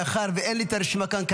מאחר שאין לי את הרשימה כאן כעת,